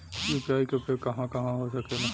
UPI के उपयोग कहवा कहवा हो सकेला?